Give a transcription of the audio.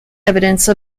evidence